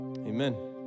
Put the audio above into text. Amen